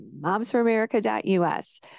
MomsForAmerica.us